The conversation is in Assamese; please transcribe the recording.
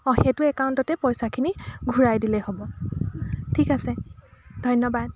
অ' সেইটো একাউণ্টতে পইচাখিনি ঘূৰাই দিলে হ'ব ঠিক আছে ধন্যবাদ